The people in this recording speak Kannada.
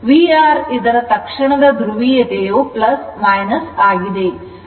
VR ಇದರ ತಾತ್ಕಾಲಿಕ ಧ್ರುವೀಯತೆಯು ಆಗಿದೆ